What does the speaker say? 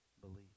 believe